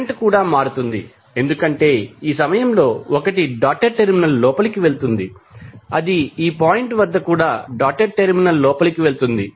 current కూడా మారుతుంది ఎందుకంటే ఈ సమయంలో 1 డాటెడ్ టెర్మినల్ లోపలికి వెళుతుంది అది ఈ పాయింట్ వద్ద కూడా డాటెడ్ టెర్మినల్ లోపలికి వెళుతుంది